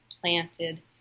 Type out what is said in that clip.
planted